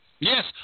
Yes